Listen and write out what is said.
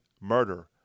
murder